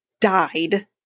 died